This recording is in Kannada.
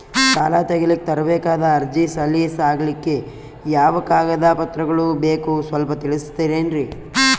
ಸಾಲ ತೆಗಿಲಿಕ್ಕ ತರಬೇಕಾದ ಅರ್ಜಿ ಸಲೀಸ್ ಆಗ್ಲಿಕ್ಕಿ ಯಾವ ಕಾಗದ ಪತ್ರಗಳು ಬೇಕು ಸ್ವಲ್ಪ ತಿಳಿಸತಿರೆನ್ರಿ?